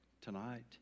tonight